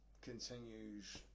continues